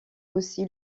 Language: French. aussi